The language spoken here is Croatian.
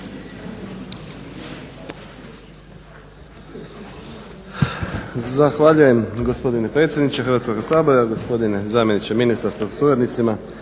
Zahvaljujem gospodine predsjedniče Hrvatskoga sabora, gospodine zamjeniče ministra sa suradnicima,